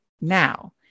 now